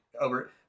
over